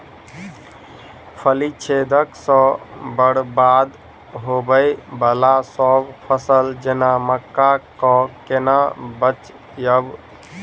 फली छेदक सँ बरबाद होबय वलासभ फसल जेना मक्का कऽ केना बचयब?